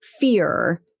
fear